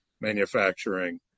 manufacturing